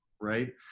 right